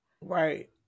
Right